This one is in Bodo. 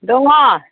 दङ